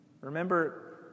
Remember